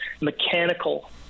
mechanical